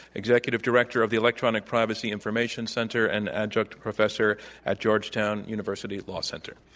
executive director of the electronic privacy information center and adjunct professor at georgetown university law center.